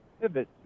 pivot